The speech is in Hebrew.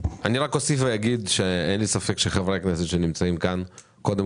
אני אוסיף ואומר שאין לי ספק שחברי הכנסת שנמצאים כאן קודם